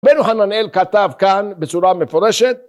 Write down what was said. רבינו חננאל כתב כאן בצורה מפורשת.